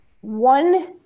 one